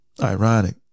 Ironic